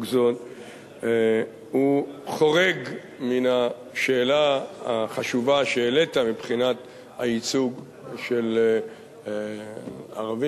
זו חורג מן השאלה החשובה שהעלית מבחינת הייצוג של ערבים,